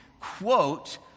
quote